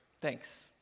thanks